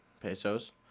pesos